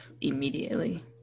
immediately